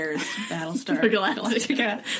Battlestar